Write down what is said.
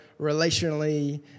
relationally